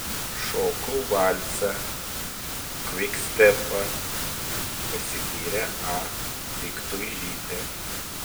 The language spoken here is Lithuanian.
šoku valsą kvikstepą pasigyrė a piktuižytė